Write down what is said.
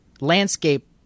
landscape